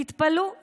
תתפלאו,